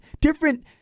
different